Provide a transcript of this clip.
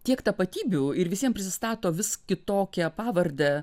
tiek tapatybių ir visiem prisistato vis kitokia pavarde